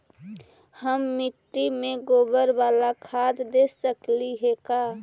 हम मिट्टी में गोबर बाला खाद दे सकली हे का?